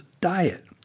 diet